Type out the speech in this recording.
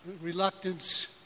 reluctance